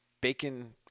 bacon